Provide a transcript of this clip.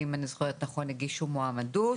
אם אני זוכרת נכון, הגישו מועמדות.